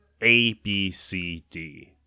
ABCD